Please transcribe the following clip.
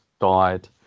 died